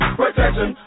protection